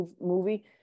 movie